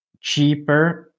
cheaper